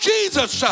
Jesus